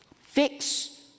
Fix